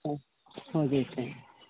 सब हो जैतै